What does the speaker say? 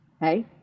Hey